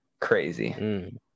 Crazy